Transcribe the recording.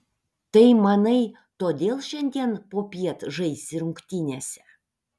tai manai todėl šiandien popiet žaisi rungtynėse